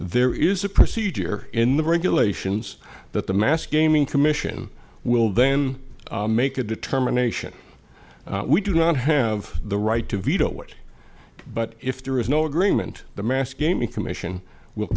there is a procedure in the regulations that the mass gaming commission will then make a determination we do not have the right to veto it but if there is no agreement the mass gaming commission will